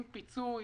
עם פיצוי,